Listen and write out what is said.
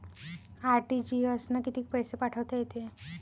RTGS न कितीक पैसे पाठवता येते?